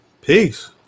Peace